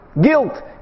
guilt